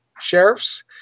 sheriffs